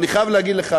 אני חייב להגיד לך,